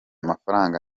mafaranga